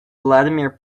vladimir